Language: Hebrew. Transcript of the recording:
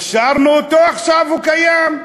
הכשרנו אותו, עכשיו הוא קיים.